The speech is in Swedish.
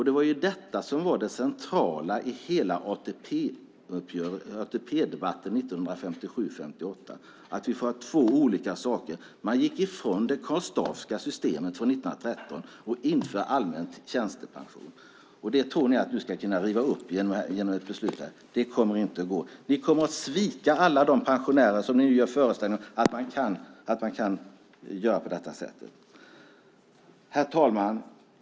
Det var detta som var det centrala i hela ATP-debatten 1957-58, att man får ha två olika saker. Man gick ifrån det Karl Staaffska systemet från 1913 och införde allmän tjänstepension. Det tror ni att ni ska kunna riva upp genom ett beslut här, men det kommer inte att gå. Ni kommer att svika alla de pensionärer som ni nu ger föreställningen att man kan göra så här. Herr talman!